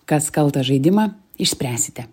kas kaltas žaidimą išspręsite